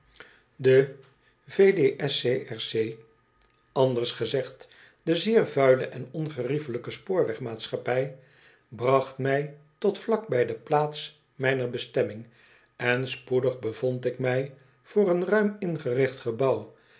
d s c c anders gezegd de zeer vuile en ongeriefelijke spoorwegmaatschappij bracht mij tot vlak bij de plaats mijner bestemming en spoedig bevond ik mij voor een ruim ingericht gebouw